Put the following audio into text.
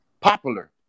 popular